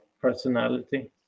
personality